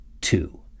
two